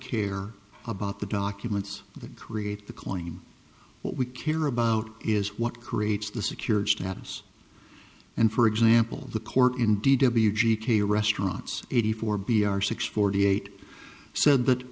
care about the documents that create the claim what we care about is what creates the secured status and for example the court in d w g k restaurants eighty four b r six forty eight said that